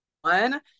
one